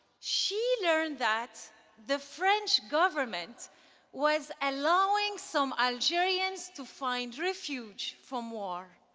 she learned that the french government was allowing some algerians to find refuge from war.